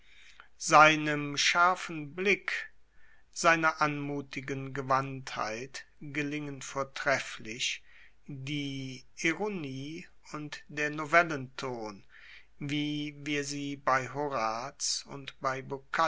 seinem scharfen blick seiner anmutigen gewandtheit gelingen vortrefflich die ironie und der novellenton wie wir sie bei horaz und bei